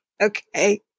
okay